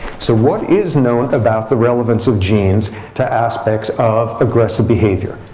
so what is known about the relevance of genes to aspects of aggressive behavior?